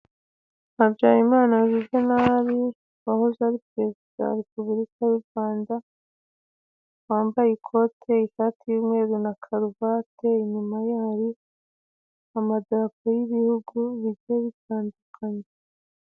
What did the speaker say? Habyarimana Juvenali wahoze ari perezida wa Repubulika y'u Rwanda, wambaye ikote, ishati y'umweru na karuvate, inyuma ye hari amadarapo y'ibihugu bigiye bitandukanye.